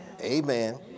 Amen